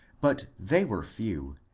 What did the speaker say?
but they were few,